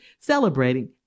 celebrating